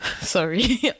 sorry